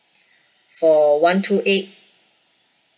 for one two eight